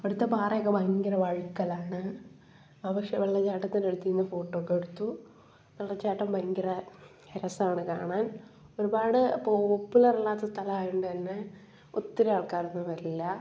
അവിടുത്തെ പാറയൊക്കെ ഭയങ്കര വഴുക്കലാണ് ആ പക്ഷേ വെള്ളച്ചാട്ടത്തിൻ്റെ അടുത്ത് നിന്ന് ഫോട്ടോയൊക്കെ അടുത്ത് വെള്ളച്ചാട്ടം ഭയങ്കര രസമാണ് കാണാൻ ഒരുപാട് പോപ്പുലറല്ലാത്ത സ്ഥലമായത് കൊണ്ട് തന്നെ ഒത്തിരി ആൾക്കാരൊന്നും വരില്ല